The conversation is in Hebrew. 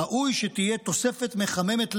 ראוי שתהיה תוספת מחממת לב,